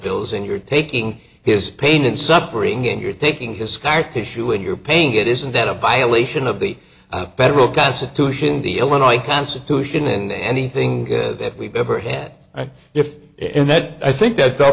bills and you're taking his pain and suffering and you're taking his scar tissue and you're paying it isn't that a violation of the federal constitution the illinois constitution and anything that we've ever had if in that i think that